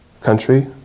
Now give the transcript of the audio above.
country